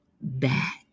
back